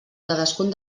cadascun